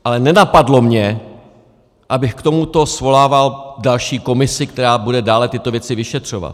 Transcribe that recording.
Ale nenapadlo mě, abych k tomuto svolával další komisi, která bude dále tyto věci vyšetřovat.